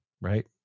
right